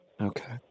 Okay